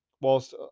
whilst